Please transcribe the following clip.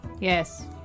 Yes